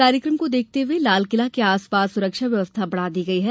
कार्यक्रम को देखते हुए लालकिला के आसपास सुरक्षा व्यवस्था बढ़ा दी गई है